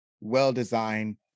well-designed